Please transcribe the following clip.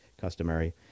customary